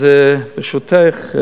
ברשותך,